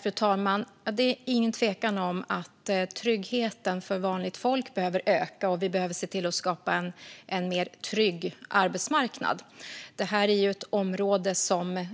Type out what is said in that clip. Fru talman! Det är inget tvivel om att tryggheten för vanligt folk behöver öka och att vi behöver skapa en tryggare arbetsmarknad. Det här är ett område där det